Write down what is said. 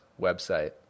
website